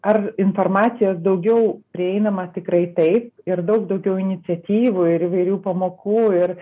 ar informacijos daugiau prieinama tikrai taip ir daug daugiau iniciatyvų ir įvairių pamokų ir